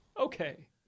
Okay